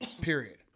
Period